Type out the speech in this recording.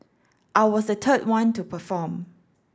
I was the third one to perform